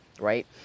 right